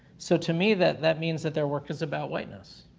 so, to me, that that means that their work is about whiteness,